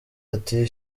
ati